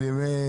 רוצה